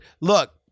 look